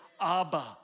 Abba